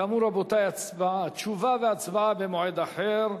כאמור, רבותי, התשובה וההצבעה במועד אחר.